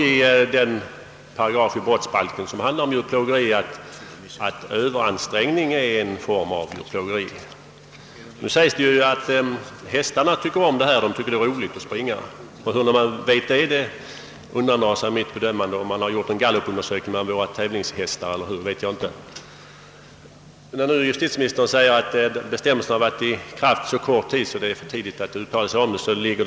I den paragraf i brottsbalken som handlar om djurplågeri står det dock att överansträngning är en form av djurplågeri. Det säges från en del håll att hästarna tycker att det är roligt att springa. Hur man vet det, undandrar sig mitt bedömande — man kanske har gjort en gallupundersökning bland tävlingshästarna. Justitieministern framhåller i svaret att de nuvarande bestämmelserna varit i kraft så kort tid, att det är för tidigt att uttala sig om deras effekt.